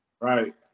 Right